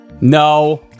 No